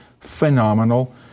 phenomenal